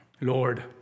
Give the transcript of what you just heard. Lord